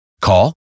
Call